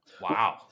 Wow